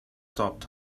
stopped